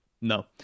no